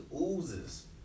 oozes